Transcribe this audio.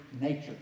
nature